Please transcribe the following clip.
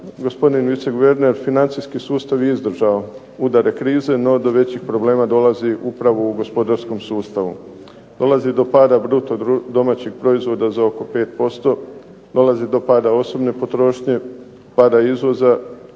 sam viceguverner financijski sustav je izdržao udare krize, no do većih problema dolazi upravo u gospodarskom sustavu. Dolazi i do pada bruto domaćih proizvoda za oko 5%, dolazi do pada osobne potrošnje, pada izvoza,